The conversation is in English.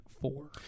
four